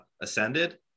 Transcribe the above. ascended